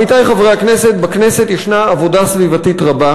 עמיתי חברי הכנסת, בכנסת ישנה עבודה סביבתית רבה.